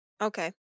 Okay